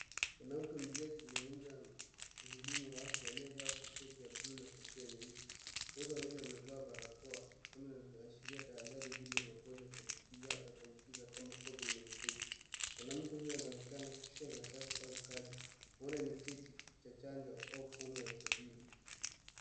Mwanamke mzee akizugumza na mhudumu wa afya aliyevaa t-shirt ya bluu na kofia nyeusi. Wote wawili wamevaa barakoa ikiashiria tahadhari dhidi ya magonjwa ya kuambukiza kama covid-19.Mwanamke huyo anaonekana kushika karatasi au kadi unaona ni cheti cha chanjo au fomu ya usajili.